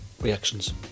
reactions